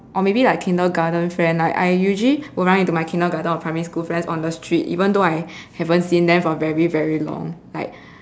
or maybe like kindergarten friend like I usually will run into my kindergarten or primary school friends on the street even though I haven't seen them for a very very long like